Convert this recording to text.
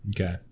Okay